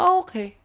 okay